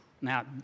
now